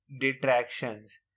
detractions